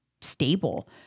stable